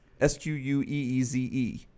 S-Q-U-E-E-Z-E